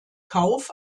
kauf